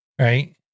Right